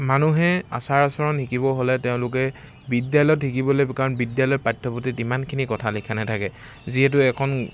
মানুহে আচাৰ আচৰণ শিকিব হ'লে তেওঁলোকে বিদ্যালয়ত শিকিব লাগিব কাৰণ বিদ্যালয়ৰ পাঠ্যপুথিত ইমানখিনি কথা লিখা নাথাকে যিহেতু এখন